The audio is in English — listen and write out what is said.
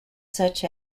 such